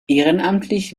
ehrenamtlich